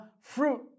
fruit